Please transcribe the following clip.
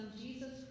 Jesus